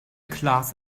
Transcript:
class